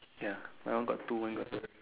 ya my one got two one got